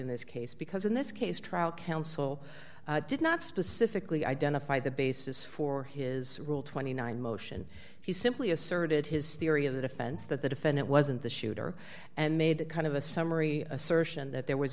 in this case because in this case trial counsel did not specifically identify the basis for his rule twenty nine motion he simply asserted his theory of the defense that the defendant wasn't the shooter and made the kind of a summary assertion that there was